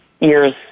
years